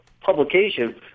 publication